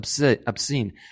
obscene